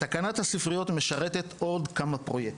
תקנת הספריות משרתת עוד כמה פרויקטים.